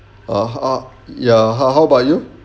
err how ya how how about you